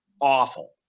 awful